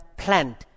plant